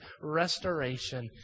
restoration